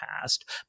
past